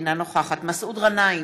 אינה נוכחת מסעוד גנאים,